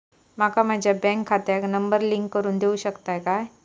माका माझ्या बँक खात्याक नंबर लिंक करून देऊ शकता काय?